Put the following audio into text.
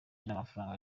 n’amafaranga